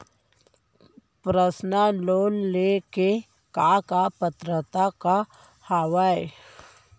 Personal loan ले के का का पात्रता का हवय?